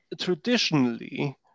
traditionally